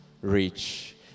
reach